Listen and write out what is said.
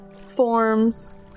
forms